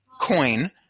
coin